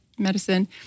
medicine